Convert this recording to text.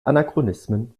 anachronismen